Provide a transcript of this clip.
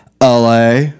LA